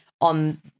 on